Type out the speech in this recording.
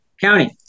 county